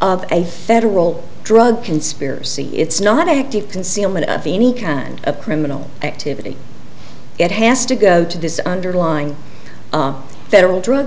of a federal drug conspiracy it's not active concealment of any kind of criminal activity it has to go to this underlying federal dru